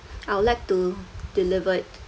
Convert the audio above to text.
I would like to delivered